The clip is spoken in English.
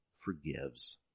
forgives